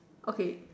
okay